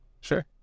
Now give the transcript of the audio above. Sure